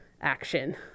action